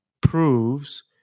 proves